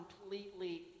completely